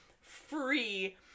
free